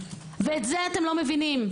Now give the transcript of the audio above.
את זה אתם לא מבינים.